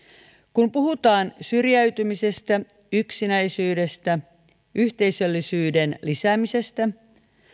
kun puhutaan syrjäytymisestä yksinäisyydestä yhteisöllisyyden lisäämisestä